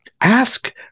Ask